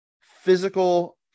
physical